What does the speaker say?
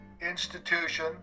institution